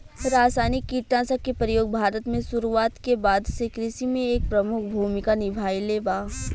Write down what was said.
रासायनिक कीटनाशक के प्रयोग भारत में शुरुआत के बाद से कृषि में एक प्रमुख भूमिका निभाइले बा